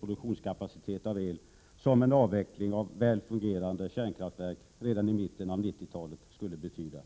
produktionskapacitet beträffande el som en avveckling av väl fungerande kärnkraftverk redan i mitten av 90-talet skulle betyda.